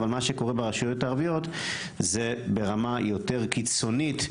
אבל מה שקורה ברשויות הערביות זה ברמה יותר קיצונית,